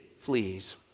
fleas